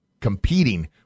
competing